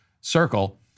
circle